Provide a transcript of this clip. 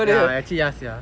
ya actually ya sia